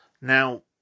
Now